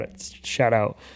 shout-out